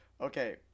okay